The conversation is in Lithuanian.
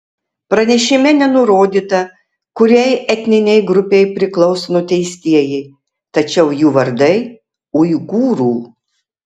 pranešime nenurodyta kuriai etninei grupei priklauso nuteistieji tačiau jų vardai uigūrų